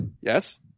yes